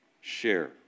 share